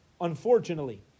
Unfortunately